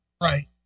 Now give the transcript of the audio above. Right